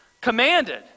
commanded